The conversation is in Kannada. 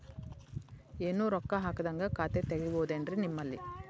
ಏನು ರೊಕ್ಕ ಹಾಕದ್ಹಂಗ ಖಾತೆ ತೆಗೇಬಹುದೇನ್ರಿ ನಿಮ್ಮಲ್ಲಿ?